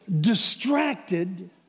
Distracted